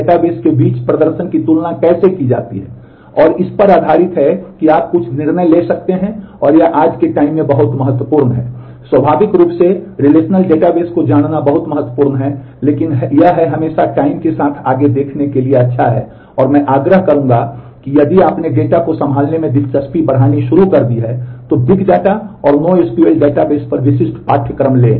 database क्या करते हैं इन विभिन्न नो एसक्यूएल डेटाबेस पर विशिष्ट पाठ्यक्रम लें